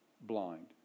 blind